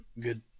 good